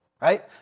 Right